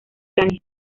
ucrania